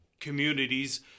communities